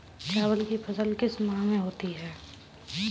चावल की फसल किस माह में होती है?